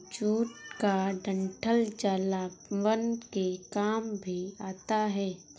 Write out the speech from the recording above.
jute का डंठल जलावन के काम भी आता है